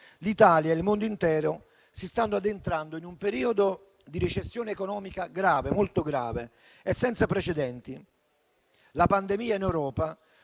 l'Italia e il mondo intero si stanno addentrando in un periodo di recessione economica davvero molto grave e senza precedenti. La pandemia in Europa